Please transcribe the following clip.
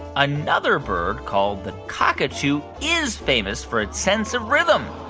another bird called the cockatoo is famous for its sense of rhythm.